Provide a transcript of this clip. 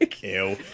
Ew